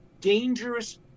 dangerous